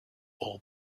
all